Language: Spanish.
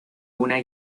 una